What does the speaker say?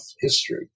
history